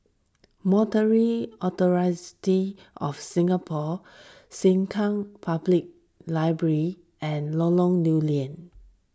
Monetary Authority of Singapore Sengkang Public Library and Lorong Lew Lian